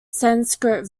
sanskrit